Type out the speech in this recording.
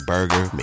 Burger